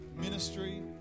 ministry